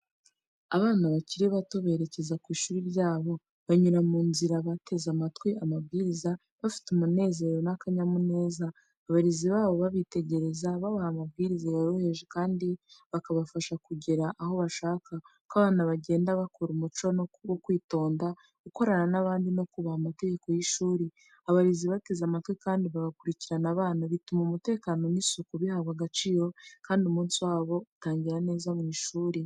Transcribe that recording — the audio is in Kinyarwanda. Abana bakiri bato berekeza ku ishuri ryabo, banyura mu nzira bateze amatwi amabwiriza, bafite umunezero n’akanyamuneza. Abarezi babo babitegereza, babaha amabwiriza yoroheje kandi bakabafasha kugera aho bashaka. Uko abana bagenda, bakura umuco wo kwitonda, gukorana n’abandi no kubaha amategeko y’ishuri. Abarezi bateze amatwi kandi bagakurikirana abana, bituma umutekano n’isuku bihabwa agaciro, kandi umunsi wabo utangira neza mu ishuri.